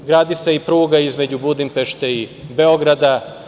Gradi se i pruga između Budimpešte i Beograda.